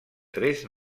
tres